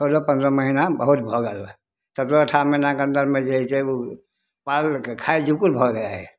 चौदह पन्द्रह महिना बहुत भऽ गेल हइ सतरह अठारह महिनाके अन्दरमे जे हइ से ओ पालके खाय बिलकुल भऽ जाइ हइ